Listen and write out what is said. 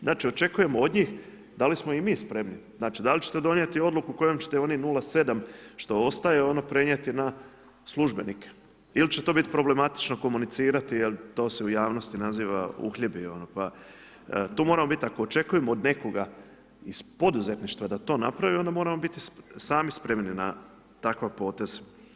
Znači očekujemo od njih da li smo i mi spremni, znači da li ćete donijeti odluku kojom ćete onih 0,7 što ostaje prenijeti na službenike ili ćete to biti problematično komunicirati jer to se u javnosti naziva uhljebi, pa tu moramo biti ako očekujemo od nekoga iz poduzetništva da to napravi onda moram biti sami spremni na takav potez.